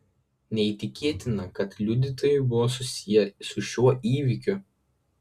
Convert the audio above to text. neįtikėtina kad liudytojai būtų susiję su šiuo įvykiu